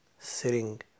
sitting